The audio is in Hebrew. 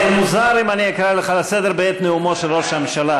זה יהיה מוזר אם אני אקרא אותך לסדר בעת נאומו של ראש הממשלה.